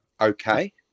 okay